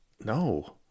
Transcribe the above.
No